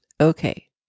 Okay